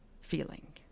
feeling